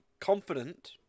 confident